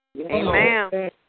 Amen